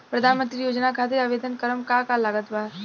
प्रधानमंत्री योजना खातिर आवेदन करम का का लागत बा?